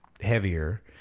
heavier